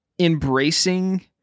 embracing